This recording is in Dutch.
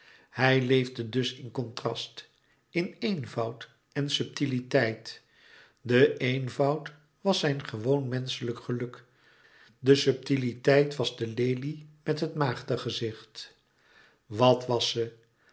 hij leefde dus in contrast in eenvoud en subtiliteit de eenvoud was zijn gewoon menschelijk geluk de subtiliteit was de lelie met het maagde gezicht wat was ze